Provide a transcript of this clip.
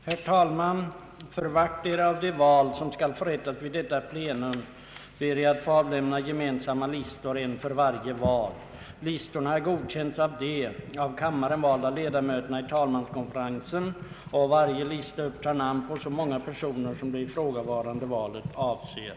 Herr talman! För vartdera av de val, som skall förrättas vid detta plenum, ber jag att få avlämna gemensamma listor, en för varje val. Listorna har godkänts av de av kammaren valda ledamöterna i talmanskonferensen, och varje lista upptar namn på så många personer, som det ifrågavarande valet avser.